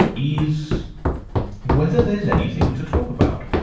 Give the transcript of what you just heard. is whether there's anything to talk about.